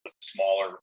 smaller